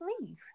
leave